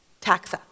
taxa